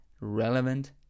relevant